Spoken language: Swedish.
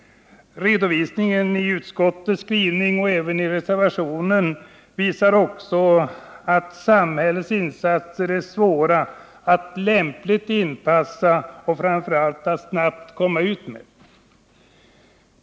Redovisningen i utskottsskrivningen och även i reservationen visar också att samhällets insatser är svåra att inpassa lämpligt och framför allt snabbt komma ut med.